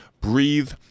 breathe